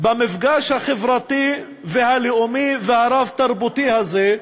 במפגש החברתי והלאומי והרב-תרבותי הזה,